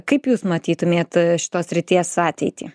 kaip jūs matytumėt šitos srities ateitį